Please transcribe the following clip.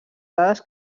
dades